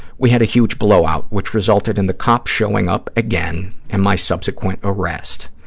we had a huge blow-out, which resulted in the cops showing up again and my subsequent arrest.